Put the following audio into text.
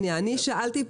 אני שאלתי ונעניתי.